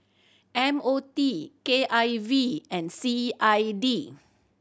M O T K I V and C I D